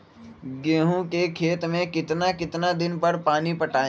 गेंहू के खेत मे कितना कितना दिन पर पानी पटाये?